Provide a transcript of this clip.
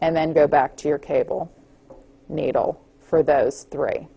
and then go back to your cable needle for those three